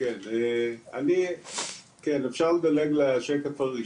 בסך הכל זו תופעה שהיא מאוד משמעותית,